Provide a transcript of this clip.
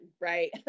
right